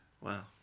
Wow